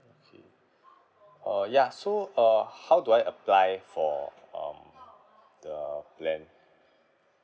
okay uh ya so uh how do I apply for um the plan